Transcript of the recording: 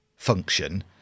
function